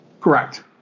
Correct